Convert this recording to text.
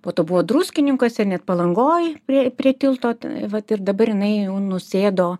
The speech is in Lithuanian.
po to buvo druskininkuose net palangoj prie prie tilto vat ir dabar jinai jau nusėdo